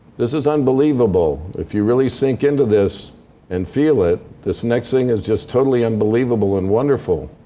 this is unbelievable if you really sink into this and feel it. this next thing is just totally unbelievable and wonderful.